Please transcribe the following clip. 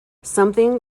something